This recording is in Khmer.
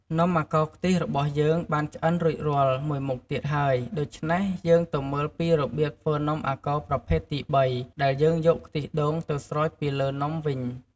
នំអាកោរខ្ទិះរបស់យើងបានឆ្អិនរួចរាល់មួយមុខទៀតហើយ ដូច្នេះ យើងទៅមើលពីរបៀបធ្វើនំអាកោរប្រភេទទីបី ដែលយើងយកខ្ទិះដូងទៅស្រោចពីលើនំវិញ។